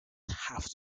have